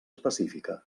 específica